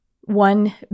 one